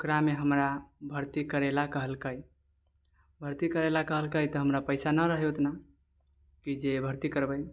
ओकरामे हमरा भर्ती करय लेल कहलकै भर्ती करय लेल कहलकै तऽ हमरा पैसा ना रहै उतना कि जे भर्ती करबै